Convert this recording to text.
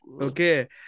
Okay